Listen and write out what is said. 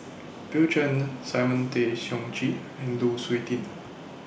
Bill Chen Simon Tay Seong Chee and Lu Suitin